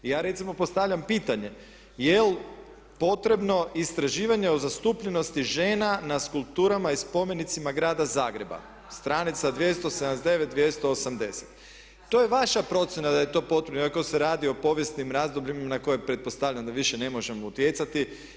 Ja recimo postavljam pitanje, jel potrebno istraživanje o zastupljenosti žena na kulturama i spomenicama grada Zagreba, stranica 279, 280, to je vaša procjena da je to potrebno iako se radi o povijesnim razdobljima na koje pretpostavljam da više ne možemo utjecati.